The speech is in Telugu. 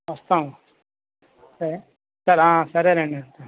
వస్తాము సరే సరే సరేనండి